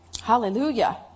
Hallelujah